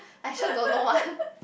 I also don't know one